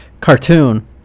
cartoon